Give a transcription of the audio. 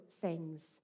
things